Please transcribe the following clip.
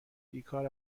بیکار